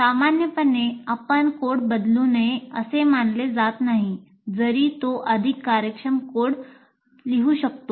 सामान्यपणे आपण कोड बदलू नये असे मानले जात नाही जरी तो अधिक कार्यक्षम कोड लिहू शकतो